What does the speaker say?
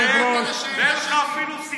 ואין לך אפילו סיבה,